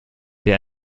der